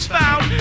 found